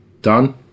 done